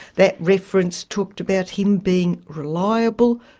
that reference talked about him being reliable,